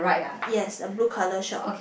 yes a blue colour shop